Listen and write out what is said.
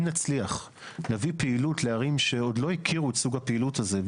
אם נצליח נביא פעילות לערים שעוד לא הכירו את סוג הפעילות הזה,